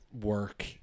work